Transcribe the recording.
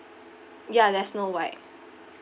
ya there's no white